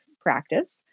practice